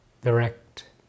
direct